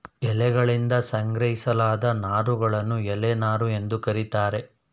ಎಲೆಯಗಳಿಂದ ಸಂಗ್ರಹಿಸಲಾದ ನಾರುಗಳನ್ನು ಎಲೆ ನಾರು ಎಂದು ಕರೀತಾರೆ